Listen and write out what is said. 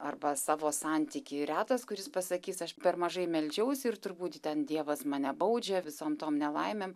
arba savo santykį retas kuris pasakys aš per mažai meldžiausi ir turbūt ten dievas mane baudžia visom tom nelaimėm